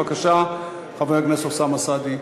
בבקשה, חבר הכנסת אוסאמה סעדי,